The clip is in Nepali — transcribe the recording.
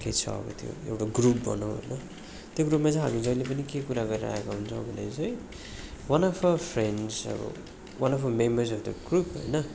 के छ अब त्यो एउटा ग्रुप भनौँ होइन त्यो ग्रुपमा चाहिँ हामी जहिले पनि के कुरा गरिरहेका हुन्छौँ भने चाहिँ one of of friends of one of the member of the group होइन